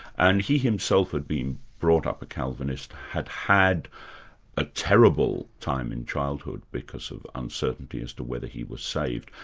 and he himself had been brought up a calvinist, had had a terrible time in childhood because of uncertainty as to whether he was saved.